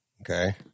Okay